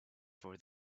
for